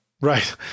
right